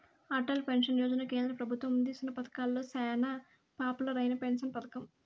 Atal pension Yojana కేంద్ర పెబుత్వం అందిస్తున్న పతకాలలో సేనా పాపులర్ అయిన పెన్సన్ పతకం